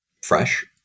fresh